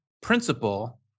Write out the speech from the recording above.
principle